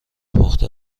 پخته